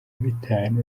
bitanu